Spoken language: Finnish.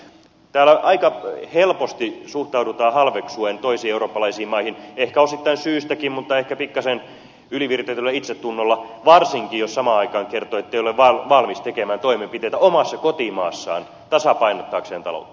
täällä aika helposti suhtaudutaan halveksuen toisiin eurooppalaisiin maihin ehkä osittain syystäkin mutta ehkä pikkasen yliviritetyllä itsetunnolla varsinkin jos samaan aikaan kertoo ettei ole valmis tekemään toimenpiteitä omassa kotimaassaan tasapainottaakseen taloutta